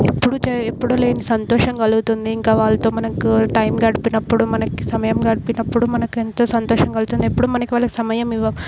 ఎప్పుడు ఎప్పుడు లేని సంతోషం కలుగుతుంది ఇంకా వాళ్ళతో మనకు టైం గడిపినప్పుడు మనకి సమయం గడిపినప్పుడు మనకెంతో సంతోషం కలుగుతుంది ఎప్పుడూ మనకి వాళ్ళకి సమయం ఇవ్వము